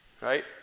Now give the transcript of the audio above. Right